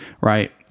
Right